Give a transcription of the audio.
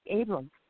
Abram